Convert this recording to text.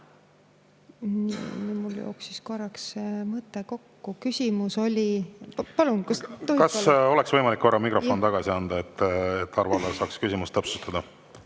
Mul jooksis korraks mõte kokku. Küsimus oli … Kas tohib paluda … Kas oleks võimalik korra mikrofon tagasi anda, et Arvo Aller saaks küsimust täpsustada?